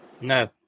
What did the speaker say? No